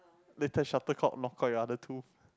later shuttlecock knock out your other tooth